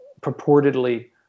purportedly